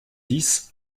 dix